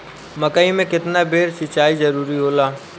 मकई मे केतना बेर सीचाई जरूरी होला?